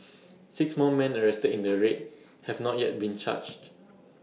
six more men arrested in the raid have not yet been charged